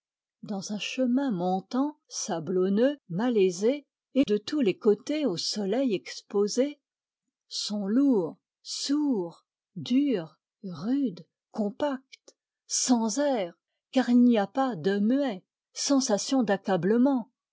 dans un chemin montant sablonneux malaisé et de tous les côtés au soleil exposé sons lourds sourds durs rudes compacts sans air car il n'y a pas d'e muets sensation